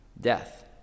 death